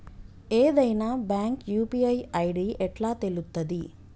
ఏదైనా bank UPI ID ఎట్లా తెలుత్తది?